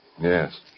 Yes